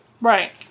Right